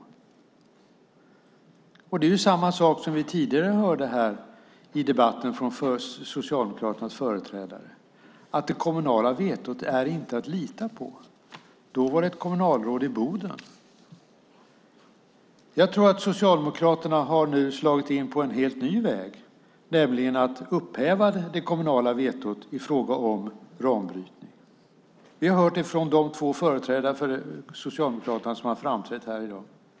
Det är samma sak som vi hörde tidigare i debatten från Socialdemokraternas företrädare, att det kommunala vetot inte är att lita på. Då gällde det ett kommunalråd i Boden. Jag tror att Socialdemokraterna har slagit in på en helt ny väg, nämligen att upphäva det kommunala vetot i fråga om uranbrytning. Vi har hört det från de två företrädare för Socialdemokraterna som har framträtt här i dag.